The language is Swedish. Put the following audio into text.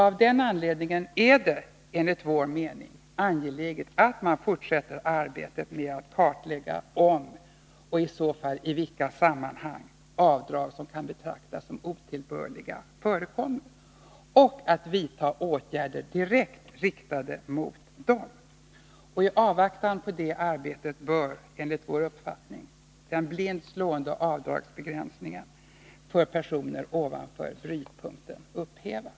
Av den anledningen är det enligt vår mening angeläget att man fortsätter arbetet med att kartlägga om det förekommer avdrag, och i så fall i vilka sammanhang, som kan betraktas som otillbörliga och att man vidtar åtgärder direkt riktade mot dem. I avvaktan på det arbetet bör enligt vår uppfattning den blint slående avdragsbegränsningen för personer med inkomster ovanför brytpunkten upphävas.